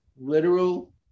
literal